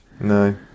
No